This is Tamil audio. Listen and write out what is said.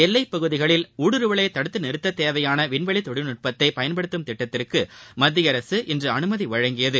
எல்லைப் பகுதிகளில் ஊடுருவலை தடுத்து நிறுத்த தேவையான விண்வெளி தொழில்நுட்பத்தை பயன்படுத்தும் திட்டத்திற்கு மத்திய அரசு இன்று அனுமதி வழங்கியது